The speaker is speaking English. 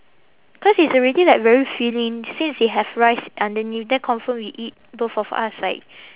cause it's already like very filling since it have rice underneath then confirm we eat both of us like